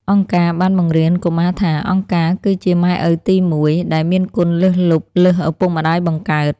អង្គការបានបង្រៀនកុមារថា «អង្គការគឺជាម៉ែឪទីមួយ» ដែលមានគុណលើសលប់លើសឪពុកម្ដាយបង្កើត។